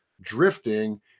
drifting